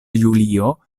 julio